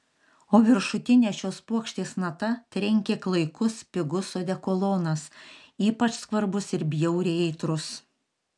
o viršutine šios puokštės nata trenkė klaikus pigus odekolonas ypač skvarbus ir bjauriai aitrus